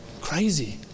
crazy